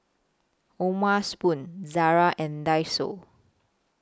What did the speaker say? O'ma Spoon Zara and Daiso